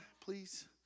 please